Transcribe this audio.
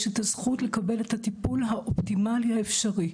את הזכות לקבל את הטיפול האופטימלי האפשרי,